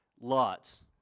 Lots